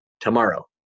Tomorrow